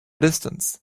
distance